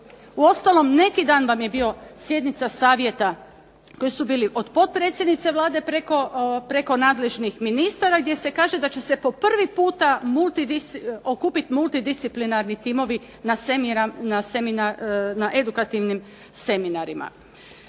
Uostalom neki dan vam je bio sjednica Savjeta koji su bili od potpredsjednice Vlade preko nadležnih ministara gdje se kaže da će se po prvi puta okupiti multidisciplinarni timovi na edukativnim seminarima.